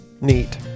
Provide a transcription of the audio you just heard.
Neat